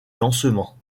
lancement